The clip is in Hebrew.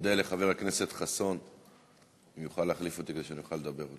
אודה לחבר הכנסת חסון אם הוא יוכל להחליף אותי כדי שאני אוכל לדבר.